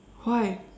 why